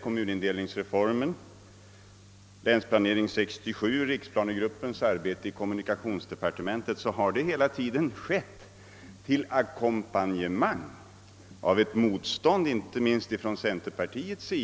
kommunindelningsreformen, Länsplanering 67 och riksplanegruppens arbete i kommunikationsdepartementet — så har det skett till ett ihärdigt ackompanjemang av motstånd från inte minst centerpartiet.